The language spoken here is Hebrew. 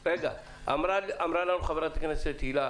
אמרה לנו חברת הכנסת הילה